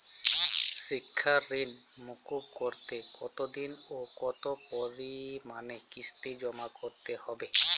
শিক্ষার ঋণ মুকুব করতে কতোদিনে ও কতো পরিমাণে কিস্তি জমা করতে হবে?